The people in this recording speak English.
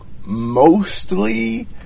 mostly